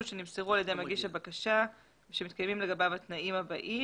שנמסרו על ידי מגיש הבקשה שמתקיימים לגביו התנאים הבאים,